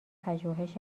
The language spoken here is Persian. پژوهش